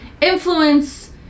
influence